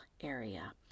area